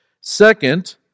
Second